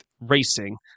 racing